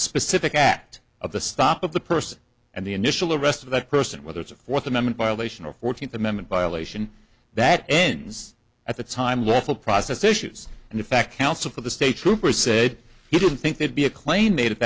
specific act of the stop of the person and the initial arrest of that person whether it's a fourth amendment violation or fourteenth amendment violation that ends at the time lawful process issues and in fact counsel for the state trooper said he didn't think they'd be a clane native